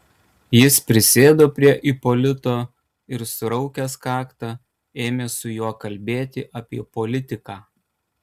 jis prisėdo prie ipolito ir suraukęs kaktą ėmė su juo kalbėti apie politiką